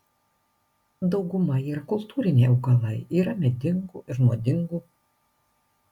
dauguma yra kultūriniai augalai yra medingų ir nuodingų